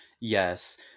Yes